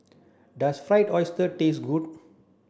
does fried oyster taste good